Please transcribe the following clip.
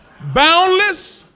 boundless